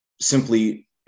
Simply